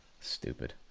Stupid